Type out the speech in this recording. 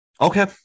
Okay